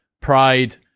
pride